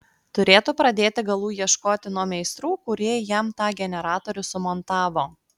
turėtų pradėti galų ieškoti nuo meistrų kurie jam tą generatorių sumontavo